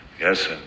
Yes